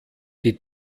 die